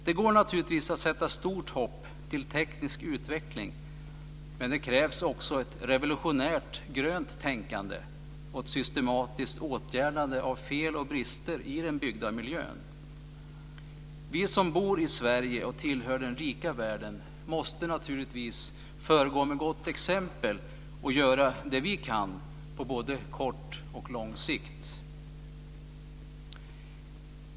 Det går naturligtvis att sätta stort hopp till teknisk utveckling, men det krävs också ett revolutionärt grönt tänkande och ett systematiskt åtgärdande av fel och brister i den byggda miljön. Vi som bor i Sverige och tillhör den rika världen måste naturligtvis föregå med gott exempel och göra det vi kan på både kort och lång sikt.